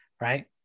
Right